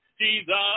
Jesus